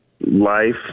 life